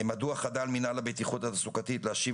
מדוע חדל מינהל הבטיחות התעסוקתית להשיב